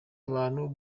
abantu